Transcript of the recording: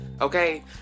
okay